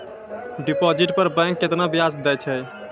Deposit पर bank केतना ब्याज दै छै?